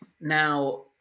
Now